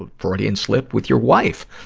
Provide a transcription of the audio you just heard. ah freudian slip with your wife,